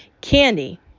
Candy